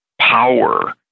power